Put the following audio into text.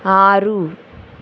ఆరు